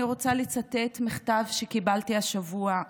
אני רוצה לצטט מכתב שקיבלתי השבוע,